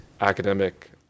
academic